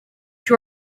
you